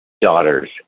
daughters